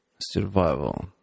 survival